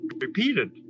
repeated